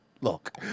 look